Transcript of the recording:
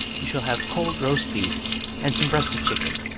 you shall have cold roast-beef and some breast of chicken.